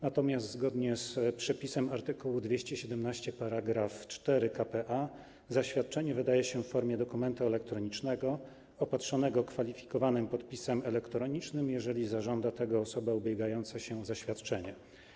Natomiast zgodnie z przepisem art. 217 § 4 k.p.a. zaświadczenie wydaje się w formie dokumentu elektronicznego opatrzonego kwalifikowanym podpisem elektronicznym, jeżeli zażąda tego osoba ubiegająca się o zaświadczenie.